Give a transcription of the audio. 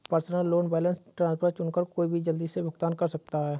personal loan balance transfer चुनकर कोई भी जल्दी से भुगतान कर सकता है